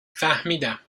فهمیدم